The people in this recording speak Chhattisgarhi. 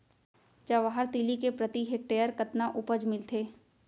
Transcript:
जवाहर तिलि के प्रति हेक्टेयर कतना उपज मिलथे?